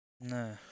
No